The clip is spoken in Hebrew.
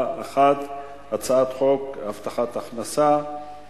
אחת על הצעת חוק הבטחת הכנסה(תיקון,